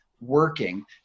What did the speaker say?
working